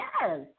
yes